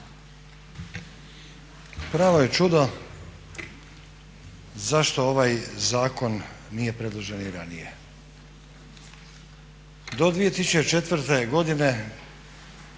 Pravo je čudo zašto ovaj zakon nije predložen i ranije. Do 2004. godine